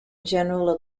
general